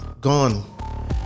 gone